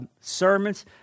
sermons